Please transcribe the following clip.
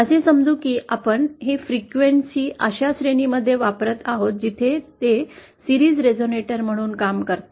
असे समजू की आपण हे वारंवारता अशा श्रेणीमध्ये वापरत आहोत जिथे ते मालिका रेझोनरेटर म्हणून कार्य करते